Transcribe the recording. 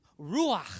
ruach